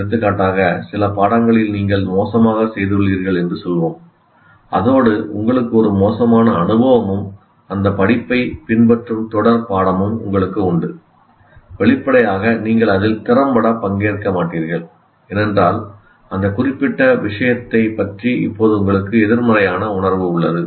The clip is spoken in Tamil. எடுத்துக்காட்டாக சில பாடங்களில் நீங்கள் மோசமாகச் செய்துள்ளீர்கள் என்று சொல்வோம் அதோடு உங்களுக்கு ஒரு மோசமான அனுபவமும் அந்தப் படிப்பைப் பின்பற்றும் தொடர் பாடமும் உங்களுக்கு உண்டு வெளிப்படையாக நீங்கள் அதில் திறம்பட பங்கேற்க மாட்டீர்கள் ஏனென்றால் அந்த குறிப்பிட்ட விஷயத்தைப் பற்றி இப்போது உங்களுக்கு எதிர்மறையான உணர்வு உள்ளது